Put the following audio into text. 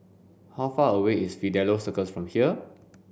how far away is Fidelio Circus from here